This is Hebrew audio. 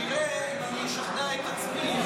נראה אם אני מצליח לשכנע את עצמי.